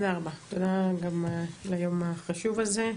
תודה רבה על היום החשוב הזה.